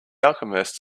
alchemist